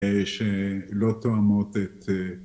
שלא תואמות את..